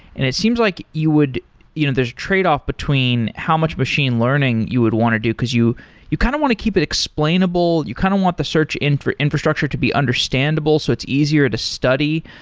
and it seems like you would you know there's trade-off between how much machine learning you would want to do, because you you kind of want to keep it explainable, you kind of want the search for infrastructure to be understandable so it's easier to study,